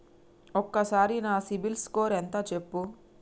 ఒక్కసారి నా CIBIL score ఎంత చెప్పు?